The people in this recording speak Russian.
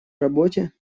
работе